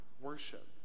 worship